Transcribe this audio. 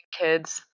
kids